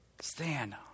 stand